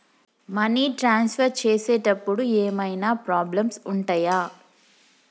Money transfer చేసేటప్పుడు ఏమైనా problems ఉంటయా?